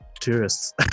tourists